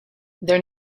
their